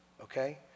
okay